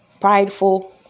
prideful